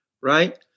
right